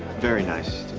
very nice